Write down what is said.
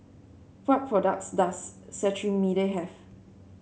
what products does Cetrimide have